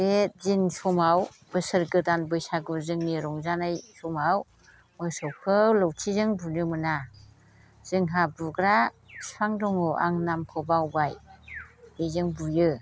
बे दिन समाव बोसोर गोदान बैसागु जोंनि रंजानाय समाव मोसौखौ लावथिजों बुनो मोना जोंहा बुग्रा बिफां दङ आं नामखौ बावबाय बेजों बुयो